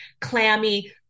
clammy